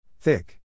Thick